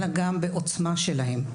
אלא גם בעוצמה שלהם.